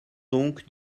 donc